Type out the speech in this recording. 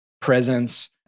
presence